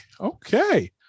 Okay